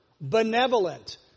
benevolent